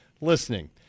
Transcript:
listening